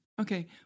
Okay